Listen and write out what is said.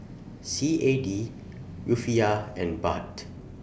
C A D Rufiyaa and Baht